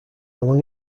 along